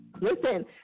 Listen